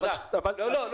ירון, תודה, נגמר.